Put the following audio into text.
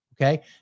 Okay